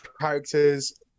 characters